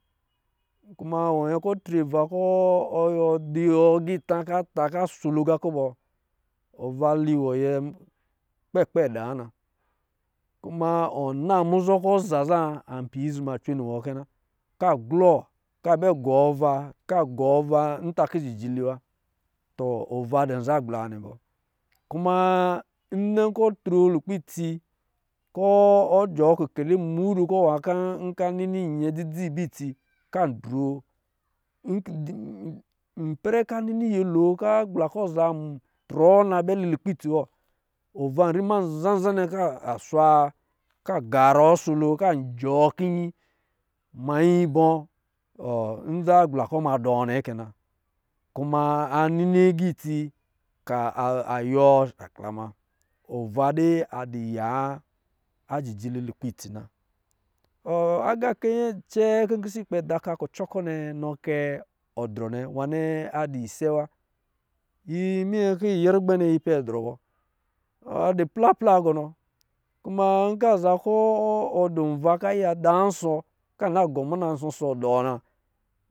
Kuma wɔ nyɛ tri va kɔ̄ dɔ̄ agita kɔ̄ a ta kɔ̄ a solo gā bɔ. Ova lɛ iwɔ tɛ kpɛkpɛ da na, kuma wɔ naa muzɔ kɔ̄ za zaa a pa izume cwe niwɔ kɛ na. Kɔ̄ a glɔ, abɛ gɔ awa kɔ̄ a gɔ awa nta jijili wa tɔ, ova dɔ̄ nza agbla wa nnɛ bɔ. Kuma ndɛ kɔ̄ tri lukpɛ itsi kɔ̄ ɔ jɔɔ kikeli mudu kɔ̄ nwa kɔ̄ nkɔ̄ a nini nyɛ dzidzi bɛ itsi ka droo ipɛrɛ kɔ̄ a nini nyɛlo kɔ̄ agbla kɔ̄ aza trɔɔ na abɛ li lukpɛ itsi wɔ va ri ma zan-zannɛ kɔ̄ a swaa kɔ̄ a garɔ a solo, kɔ̄ a jɔɔ kiyi manyi bɔ? Ɔ nza agbla kɔ̄ ma dɔ nnɛ kɛna kuma a nini agā itsi ka yiwɔ shala muna. Ova dɛ adɔ ya a jijili lukpɛ itsi na, ɔ agakɛ nkcɛɛ kɔ̄ pisɛ ikpɛ da oka kuco kɔ̄ nnɛ nɔ kɛ odrɔ nnɛ nwa nnɛ adɔ̄ isɛ wa yi mimyɛ kɔ̄ yi nyɛ rugba nnɛ yi pɛ drɔ bɔ a dɛ plapla yɔ kuma nkɔ̄ a za kɔ̄ ɔ dɔ̄ va kɔ̄ a yiya da nsɔ kɔ̄ a na gɔ muna nsɔ-nsɔ da na